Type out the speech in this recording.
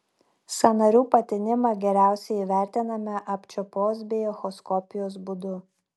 sąnarių patinimą geriausiai įvertiname apčiuopos bei echoskopijos būdu